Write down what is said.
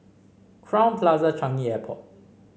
Crowne Plaza Changi Airport